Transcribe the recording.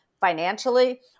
financially